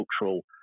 cultural